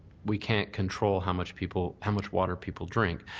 we can't control how much people how much water people drink.